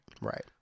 Right